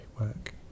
work